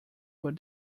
but